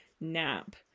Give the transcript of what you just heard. nap